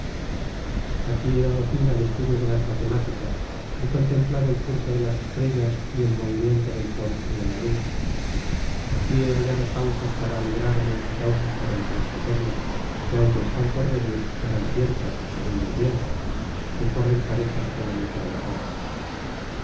aquí he dado fin al estudio de las matemáti cas he contemplado el curso de las estrellas y el movimiento del sol y de la luna aquí he hallado causas para alegrarme y causas para entristecerme que aunque están por venir serán ciertas segun yo pienso que corren parejas con la misma verdad